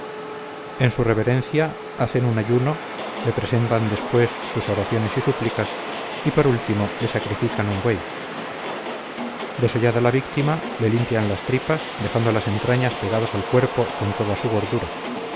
en su reverencia hacen un ayuno le presentan después sus oraciones y súplicas y por último le sacrifican un buey desollada la víctima le limpian las tripas dejando las entrañas pegadas al cuerpo con toda su gordura